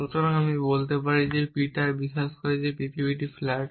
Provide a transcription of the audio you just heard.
সুতরাং আমি বলতে পারি পিটার বিশ্বাস করে যে পৃথিবীতে ফ্ল্যাট